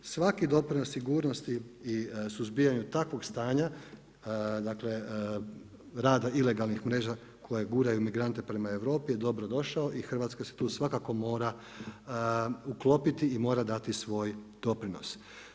Svaki doprinos sigurnosti i suzbijanju takvog stanja, rada ilegalnih mreža koje guraju migrante prema Europi, je dobrodošao i Hrvatska se tu svakako mora uklopiti i mora dato svoj doprinos.